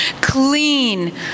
clean